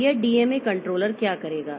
तो यह DMA controller क्या करेगा